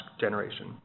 generation